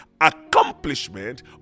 accomplishment